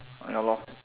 ya lor